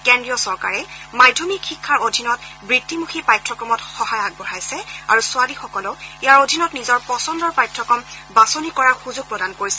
কেন্দ্ৰীয় চৰকাৰে মাধ্যমিক শিক্ষাৰ অধীনত বৃত্তিমুখী পাঠ্যক্ৰমত সহায় আগবঢ়াইছে আৰু ছোৱালীসকলক ইয়াৰ অধীনত নিজৰ পচন্দৰ পাঠ্যক্ৰম বাছনি কৰাৰ সুযোগ প্ৰদান কৰিছে